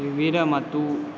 विरमतु